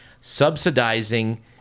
subsidizing